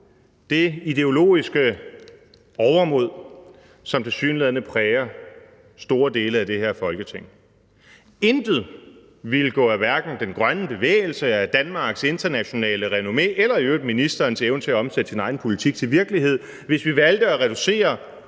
det ideologiske overmod, som tilsyneladende præger store dele af det her Folketing. Intet ville gå af hverken den grønne bevægelse, af Danmarks internationale renommé eller i øvrigt ministerens evne til at omsætte sin egen politik til virkelighed, hvis vi valgte at reducere